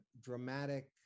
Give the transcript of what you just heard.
dramatic